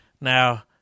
Now